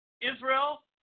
Israel